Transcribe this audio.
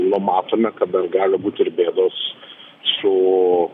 na matome kad dar gali būt ir bėdos su